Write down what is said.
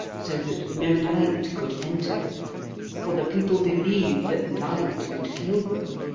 so that no light could enter for the people believed that light would kill them.